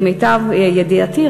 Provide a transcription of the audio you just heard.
למיטב ידיעתי,